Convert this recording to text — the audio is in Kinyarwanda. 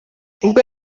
ubwo